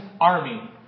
army